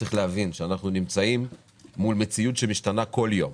צריך להבין שאנחנו נמצאים מול מציאות שמשתנה בכל יום.